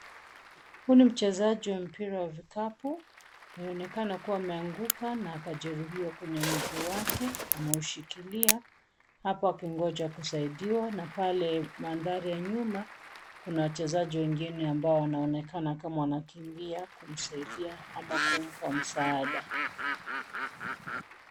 Huu ni mchezaji wa mpira wa vikapu anayeonekana kua ameanguka na akajeruhiwa kwenye mguu wake ameushikilia hapo akingoja kusaidiwa na pale mandhari ya nyuma kuna wachezaji wengine ambao wanaonekana kama wanakimbia kumsaidia ama kumpa msaada.